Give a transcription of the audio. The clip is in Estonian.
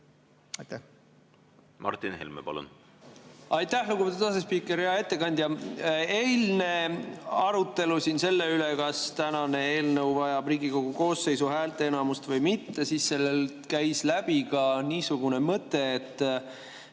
Martin Helme, palun!